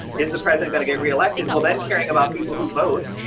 is the present going to get reelected. well then, caring about people who vote.